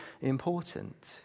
important